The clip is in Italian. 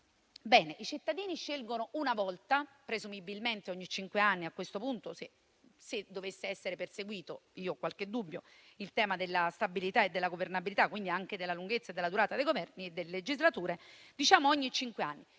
i cittadini scelgono una volta, presumibilmente ogni cinque anni, a questo punto, se dovesse essere perseguito il tema della stabilità e della governabilità, quindi anche della lunghezza e della durata dei Governi e delle legislature (ma io ho